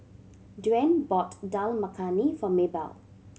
Dwaine bought Dal Makhani for Maybelle